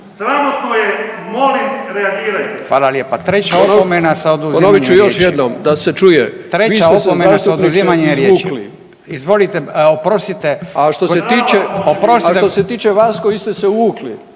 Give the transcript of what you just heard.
sramotno je, molim reagirajte./…